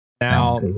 Now